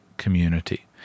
Community